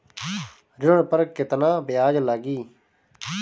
ऋण पर केतना ब्याज लगी?